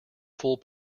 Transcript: full